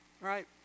right